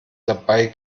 dabei